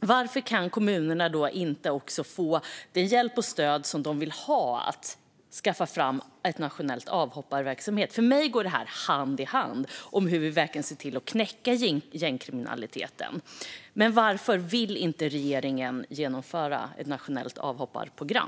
varför kan de då inte också få den hjälp och det stöd de vill ha för att skaffa fram en nationell avhopparverksamhet? För mig går detta hand i hand när det gäller att se till att gängkriminaliteten knäcks. Varför vill regeringen inte genomföra ett nationellt avhopparprogram?